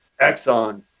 Exxon